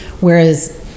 whereas